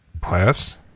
Class